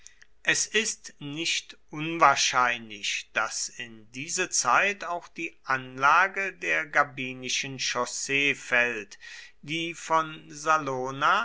es ist nicht unwahrscheinlich daß in diese zeit auch die anlage der gabinischen chaussee fällt die von salona